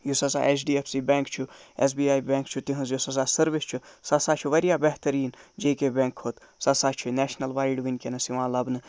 یُس ہسا H D F C bank چھُ ایس بی آیی بٮ۪نک چھُ تِۂنز یُس ہسا سٔروِس چھُ سُہ سا چھُ واریاہ بہتٔریٖن جے کے بٮ۪نک کھۄتہٕ سُہ سا چھُ نٮ۪شنَل وایِڈ ؤنکیٚنَس یِوان لَبنہٕ